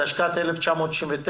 התשכ"ט-1969),